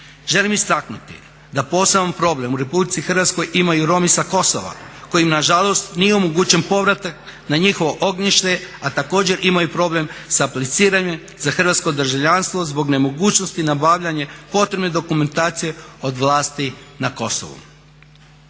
Želim istaknuti da poseban problem u Republici Hrvatskoj imaju Romi sa Kosovima kojima nažalost nije omogućen povratak na njihovo ognjište, a također imaju problem s apliciranjem za hrvatsko državljanstvo zbog nemogućnosti nabavljanja potrebne dokumentacije od vlasti na Kosovu.